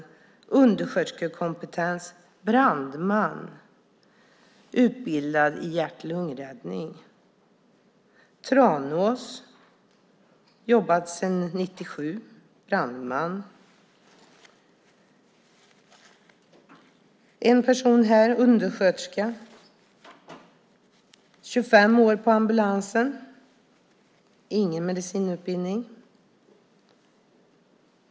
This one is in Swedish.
Han har undersköterskekompetens, är brandman och är utbildad i hjärt och lungräddning. I Tranås har en person jobbat sedan 1997. Han är brandman. En person är undersköterska med 25 år på ambulansen, men ingen medicinutbildning.